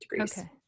Okay